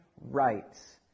rights